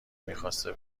میخواسته